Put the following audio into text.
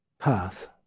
path